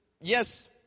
yes